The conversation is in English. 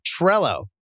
Trello